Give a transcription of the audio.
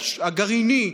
הגרעיני,